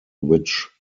which